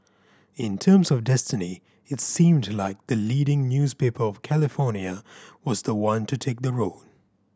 in terms of destiny it seemed like the leading newspaper of California was the one to take the road